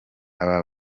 aba